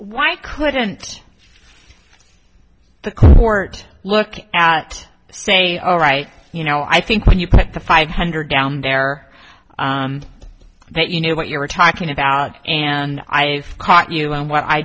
i couldn't the court look at say alright you know i think when you put the five hundred down there that you know what you're talking about and i've caught you in what i